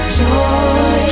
joy